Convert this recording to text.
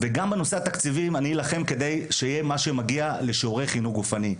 גם בנושא התקציבים אני אילחם כדי שיהיה מה שמגיע לשיעורי חינוך גופני,